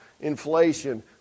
inflation